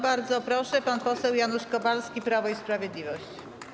Bardzo proszę, pan poseł Janusz Kowalski, Prawo i Sprawiedliwość.